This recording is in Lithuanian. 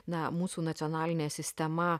na mūsų nacionalinė sistema